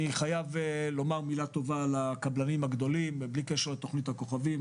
אני חייב לומר מילה טובה לקבלנים הגדולים בלי קשר לתוכנית הכוכבים.